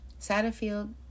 Satterfield